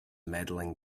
medaling